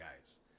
guys